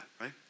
right